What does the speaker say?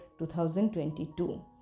2022